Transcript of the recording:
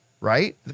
Right